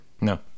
No